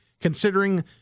considering